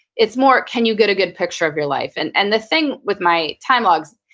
it's more can you get a good picture of your life? and and the thing with my time logs,